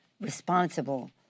responsible